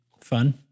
fun